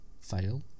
Fail